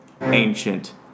ancient